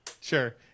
Sure